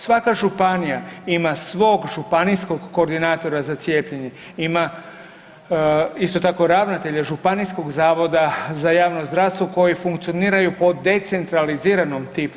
Svaka županija ima svog županijskog koordinatora za cijepljenje, ima isto tako ravnatelja županijskog zavoda za javno zdravstvo koji funkcioniraju po decentraliziranom tipu.